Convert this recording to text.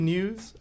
News